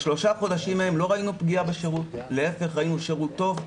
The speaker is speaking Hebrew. בשלושת חודשים ההם לא ראינו פגיעה בשירות אלא להיפך ראינו שירות טוב.